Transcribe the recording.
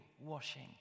washing